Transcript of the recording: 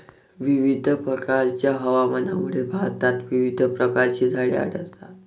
विविध प्रकारच्या हवामानामुळे भारतात विविध प्रकारची झाडे आढळतात